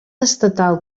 estatal